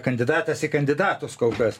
kandidatas į kandidatus kol kas